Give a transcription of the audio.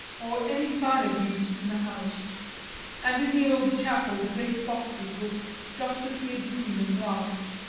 or any sign of use in the house and in the old chapel the great boxes looked just as we had seen them last.